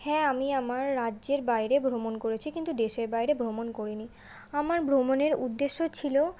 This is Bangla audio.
হ্যাঁ আমি আমার রাজ্যের বাইরে ভ্রমণ করেছি কিন্তু দেশের বাইরে ভ্রমণ করিনি আমার ভ্রমণের উদ্দেশ্য ছিল